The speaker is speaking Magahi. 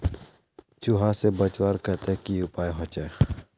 चूहा से बचवार केते की उपाय होचे?